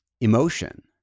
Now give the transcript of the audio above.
emotion